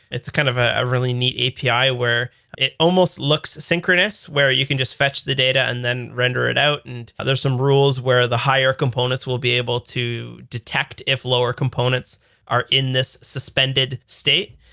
it's kind of a really neat api where it almost looks synchronous, where you can just fetch the data and then render it out and there are some rules where the higher components will be able to detect if lower components are in this suspended state.